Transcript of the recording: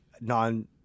non